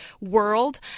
world